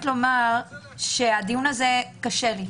הדיון הזה קשה לי,